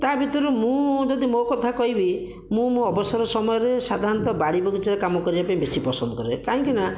ତା' ଭିତରୁ ମୁଁ ଯଦି ମୋ କଥା କହିବି ମୁଁ ମୋ ଅବସର ସମୟରେ ସାଧାରଣତଃ ବାଡ଼ି ବଗିଚାରେ କାମ କରିବା ପାଇଁ ବେଶି ପସନ୍ଦ କରେ କାହିଁକିନା